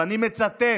ואני מצטט,